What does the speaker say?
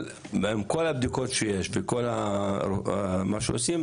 אבל עם כל הבדיקות שיש וכל מה שעושים,